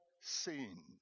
seen